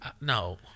No